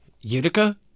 Utica